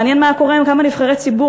מעניין מה היה קורה אם כמה נבחרי ציבור